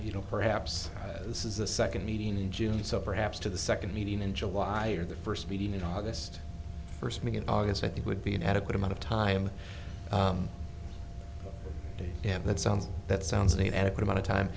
you know perhaps this is a second meeting in june so perhaps to the second meeting in july or the first meeting in august first meet in august i think would be an adequate amount of time yeah that sounds that sounds an adequate amount of time